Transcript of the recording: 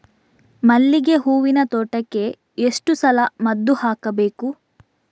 ಮಲ್ಲಿಗೆ ಹೂವಿನ ತೋಟಕ್ಕೆ ಎಷ್ಟು ಸಲ ಮದ್ದು ಹಾಕಬೇಕು?